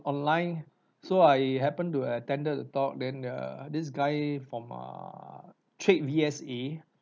online so I happen to attended the talk then err this guy from err trade D_S_E